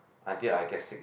until I get sick